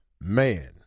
Man